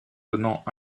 donnant